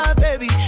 baby